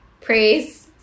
praise